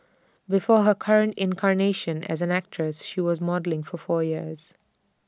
before her current incarnation as an actress she was modelling for four years